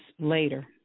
later